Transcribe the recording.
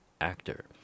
actor